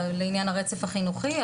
לעניין הרצף החינוכי.